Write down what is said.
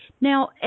now